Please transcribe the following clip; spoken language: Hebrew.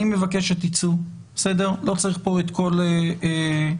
אני מבקש שתצאו, לא צריך את כל המערכות.